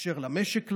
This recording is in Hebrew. לאפשר למשק לעבוד,